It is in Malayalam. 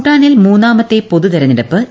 ഭൂട്ടാനിൽ മൂന്നാമത്തെ പൊതു തെരഞ്ഞെടുപ്പ് ഇന്ന്